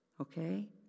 Okay